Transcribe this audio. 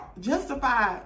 justified